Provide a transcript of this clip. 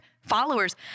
followers